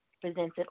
presented